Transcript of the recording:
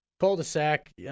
Cul-de-sac